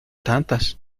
tantas